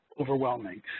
overwhelming